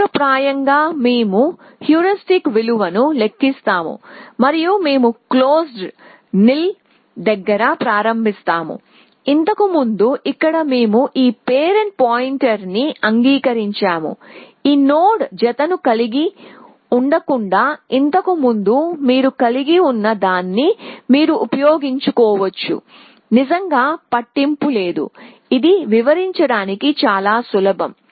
సూత్రప్రాయంగా మేము హ్యూరిస్టిక్ విలువను లెక్కిస్తాము మరియు మేము CLOSED←NIL దగ్గర ప్రారంభిస్తాము ఇంతకు ముందు ఇక్కడ మేము ఈ పేరెంట్ పాయింటర్ ని అంగీకరించాము ఈ నోడ్ జతను కలిగి ఉండకుండా ఇంతకు ముందు మీరు కలిగి ఉన్న దాన్ని మీరు ఉపయోగించుకోవచ్చు నిజంగా పట్టింపు లేదు ఇది వివరించడానికి చాలా సులభం